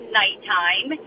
nighttime